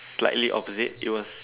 slightly opposite it was